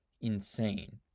insane